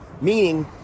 meaning